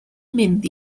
mynd